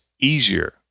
easier